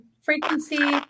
frequency